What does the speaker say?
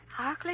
Harkley